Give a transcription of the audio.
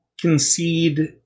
concede